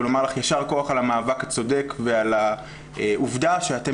ולומר לך יישר כוח על המאבק הצודק ועל העובדה שאתן